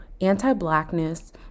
anti-blackness